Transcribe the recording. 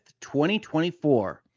2024